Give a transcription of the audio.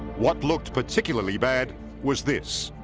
what looked particularly bad was this